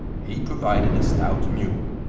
he provided a stout mule,